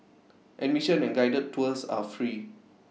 admission and guided tours are free